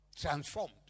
transformed